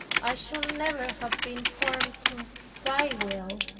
i should never have been formed to thy will,